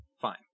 Fine